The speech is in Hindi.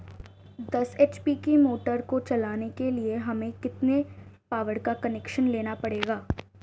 दस एच.पी की मोटर को चलाने के लिए हमें कितने पावर का कनेक्शन लेना पड़ेगा?